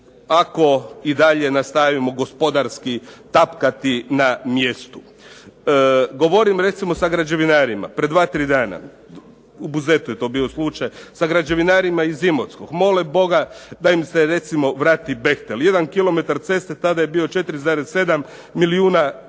ako i dalje nastavimo gospodarski tapkati na mjestu. Govorim recimo sa građevinarima pred 2, 3 dana u Buzetu je to bio slučaj, sa građevinarima iz Imotskog. Mole Boga da im se recimo vrati "Bechtel". 1 km ceste tada je bio 4,7 milijuna eura,